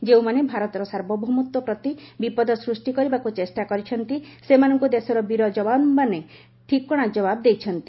ଯେଉଁମାନେ ଭାରତର ସାର୍ବଭୌମତ୍ୱ ପ୍ରତି ବିପଦ ସୃଷ୍ଟି କରିବାକୁ ଚେଷ୍ଟା କରିଛନ୍ତି ସେମାନଙ୍କୁ ଦେଶର ବୀର ଯବାନମାନେ ଠିକଣା ଯବାବ ଦେଇଛନ୍ତି